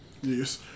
Yes